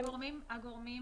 הגורמים